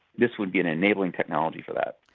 this would be an enabling technology for that.